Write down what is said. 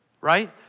Right